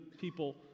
people